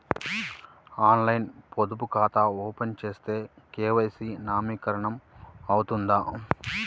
ఆన్లైన్లో పొదుపు ఖాతా ఓపెన్ చేస్తే కే.వై.సి నవీకరణ అవుతుందా?